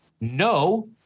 no